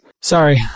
sorry